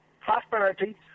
prosperity